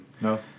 No